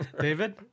David